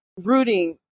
rooting